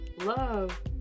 love